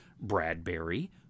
Bradbury